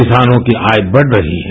किसानों की आय बढ रही है